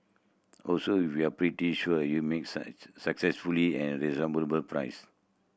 also if you're pretty sure you make successfully and priced